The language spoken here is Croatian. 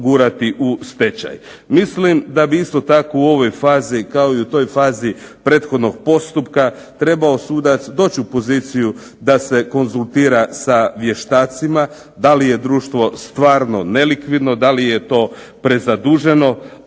Mislim da bi isto tako u ovoj fazi kao i u toj fazi prethodnog postupka trebao sudac doći u poziciju da se konzultira sa vještacima, da li je društvo stvarno nelikvidno, da li je to prezaduženo.